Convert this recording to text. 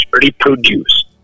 reproduce